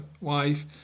wife